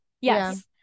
Yes